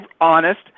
honest